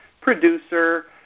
producer